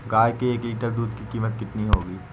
गाय के एक लीटर दूध की कीमत कितनी है?